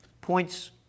points